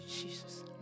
Jesus